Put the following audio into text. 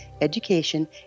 education